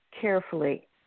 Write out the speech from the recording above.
carefully